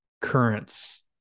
currents